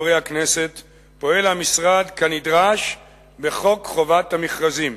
פועל המשרד כנדרש מחוק חובת המכרזים